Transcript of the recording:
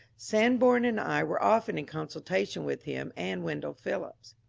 sanborn and i were often in consultation with him and wendell phillips.